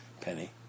penny